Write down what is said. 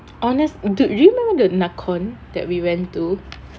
honest dude you remember the nakhon that we went to